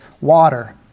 water